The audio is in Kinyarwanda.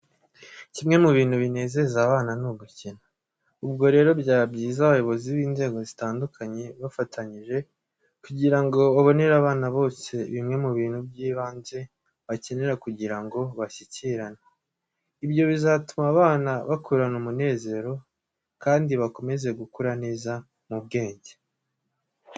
Kimwe mu bintu binezeza abana, ni ugukina. Ubwo rero byaba byiza abayobozi b'inzego zitandukanye bafatanyije kugira ngo babonere abana bose bimwe mu bintu by'ibanze bakenera kugira ngo bashyikirane. Ibyo bizatuma abana bakurana umunezero kandi bakomeze gukura neza mu bwenge.